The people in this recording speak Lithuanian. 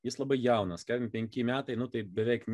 jis labai jaunas kem penki metais nu tai beveik